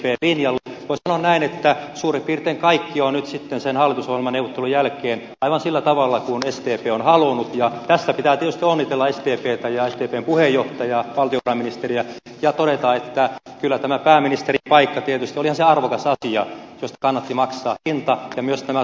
voi sanoa näin että suurin piirtein kaikki on nyt sitten hallitusohjelmaneuvottelujen jälkeen aivan sillä tavalla kuin sdp on halunnut ja tästä pitää tietysti onnitella sdptä ja sdpn puheenjohtajaa valtiovarainministeriä ja todeta että kyllähän tämä pääministerin paikka tietysti oli arvokas asia josta kannatti maksaa hinta